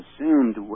assumed